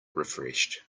refreshed